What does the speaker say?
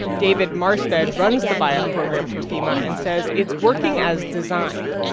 david maurstad runs the buyout program for fema and says it's working as designed.